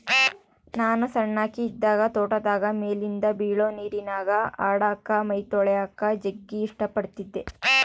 ನಾನು ಸಣ್ಣಕಿ ಇದ್ದಾಗ ತೋಟದಾಗ ಮೇಲಿಂದ ಬೀಳೊ ನೀರಿನ್ಯಾಗ ಆಡಕ, ಮೈತೊಳಕಳಕ ಜಗ್ಗಿ ಇಷ್ಟ ಪಡತ್ತಿದ್ದೆ